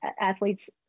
athletes